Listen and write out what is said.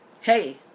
Hey